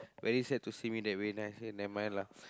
very sad to see me that way then I say never mind lah